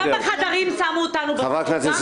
בכמה חדרים שמו אותנו --- חברת הכנסת שטרית.